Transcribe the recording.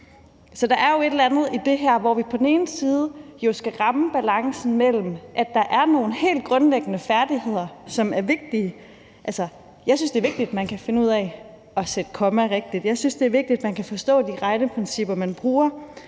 Så der er jo et eller andet i det her, hvor vi jo skal ramme balancen. Der er nogle helt grundlæggende færdigheder, som er vigtige. Jeg synes, det er vigtigt, at man kan finde ud af at sætte komma rigtigt. Jeg synes, det er vigtigt, at man kan forstå de regneprincipper, man bruger.